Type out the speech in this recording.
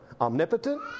omnipotent